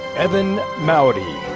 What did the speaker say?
evan moudy.